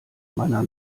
meiner